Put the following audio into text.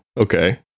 Okay